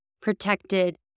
protected